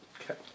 Okay